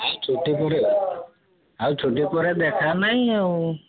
ଆଉ ଛୁଟି ପରେ ଆଉ ଛୁଟି ପରେ ଦେଖା ନାହିଁ ଆଉ